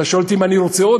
אתה שואל אותי אם אני רוצה עוד?